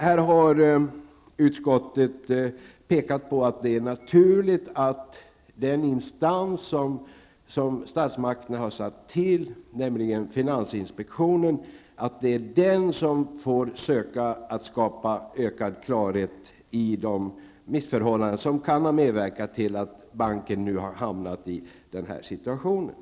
Här har utskottet pekat på att det är naturligt att den instans som statsmakterna har tillsatt, nämligen finansinspektionen, får söka skapa ökad klarhet i de missförhållanden som kan ha medverkat till att banken nu har hamnat i den här situationen.